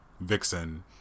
Vixen